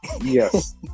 Yes